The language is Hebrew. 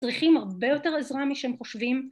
צריכים הרבה יותר עזרה משהם חושבים